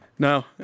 No